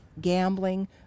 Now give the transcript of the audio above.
gambling